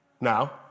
Now